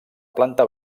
planta